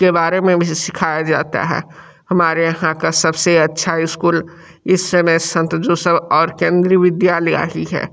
के बारे में भी सिखाया जाता है हमारे यहाँ का सबसे अच्छा स्कूल इस समय संत जोसफ और केंद्रीय विद्यालय ही है